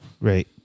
Right